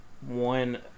one